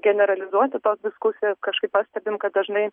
generalizuoti tos diskusijos kažkaip pastebim kad dažnai